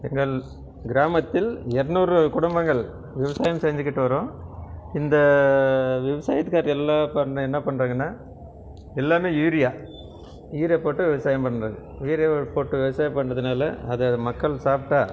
எங்கள் கிராமத்தில் இரநூறு குடும்பங்கள் விவசாயம் செஞ்சுகிட்டு வரோம் இந்த விவசாயத்துக்காரர் எல்லாம் என்ன பண்ணுறாங்கன்னா எல்லாமே யூரியா யூரியா போட்டு விவசாயம் பண்ணுறது யூரியாவை போட்டு விவசாயம் பண்ணுறதுனால அதை மக்கள் சாப்பிட்டா